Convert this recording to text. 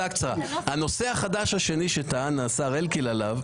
הנושא החדש השני שטען השר אלקין עליו,